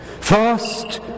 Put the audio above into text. First